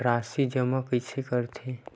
राशि जमा कइसे करथे?